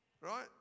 right